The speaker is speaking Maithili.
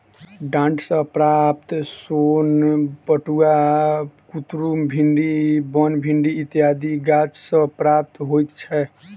डांट सॅ प्राप्त सोन पटुआ, कुतरुम, भिंडी, बनभिंडी इत्यादि गाछ सॅ प्राप्त होइत छै